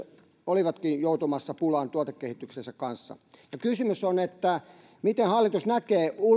olivatkin joutumassa pulaan tuotekehityksensä kanssa kysymys miten hallitus näkee